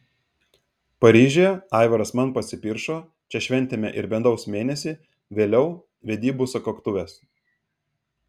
paryžiuje aivaras man pasipiršo čia šventėme ir medaus mėnesį vėliau vedybų sukaktuves